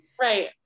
Right